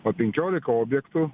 va penkiolika objektų